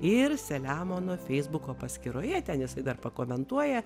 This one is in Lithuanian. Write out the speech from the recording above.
ir selemono feisbuko paskyroje ten jisai dar pakomentuoja